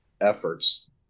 efforts